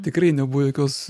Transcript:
tikrai nebuvo jokios